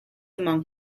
among